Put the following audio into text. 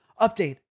Update